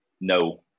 No